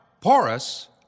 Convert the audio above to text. porous